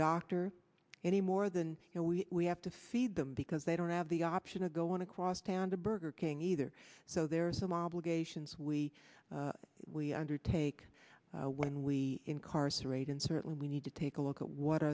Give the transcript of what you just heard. doctor any more than you know we have to feed them because they don't have the option of going across town to burger king either so there are some obligations we we undertake when we incarcerate and certainly we need to take a look at what